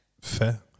Fair